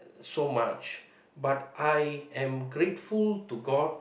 so much but I am grateful to God